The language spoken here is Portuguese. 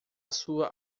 sua